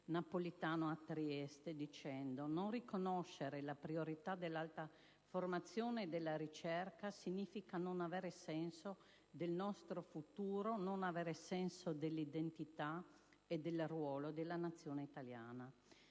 quando ha detto: "Non riconoscere la priorità dell'alta formazione e della ricerca significa non avere senso del nostro futuro, non avere senso dell'identità e del ruolo della Nazione italiana".